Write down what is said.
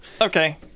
Okay